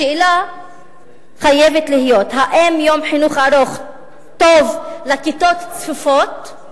השאלה חייבת להיות אם יום חינוך ארוך טוב לכיתות צפופות,